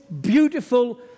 beautiful